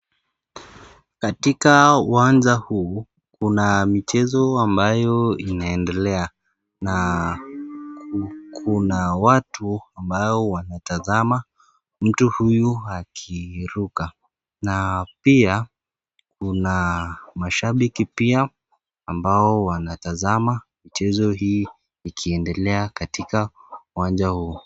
Katika uwanja huu kuna michezo ambayo inaendelea na kuna watu ambao wanatazama mtu huyu akiruka na pia kuna mashabiki pia ambao wanatazama michezo hii ikiendelea katika uwanja huo.